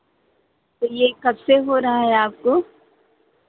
तो ये कब से हो रहा है आपको